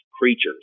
creatures